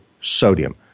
sodium